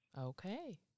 Okay